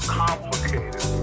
complicated